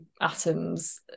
atoms